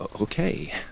Okay